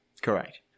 correct